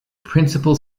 principal